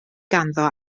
ganddo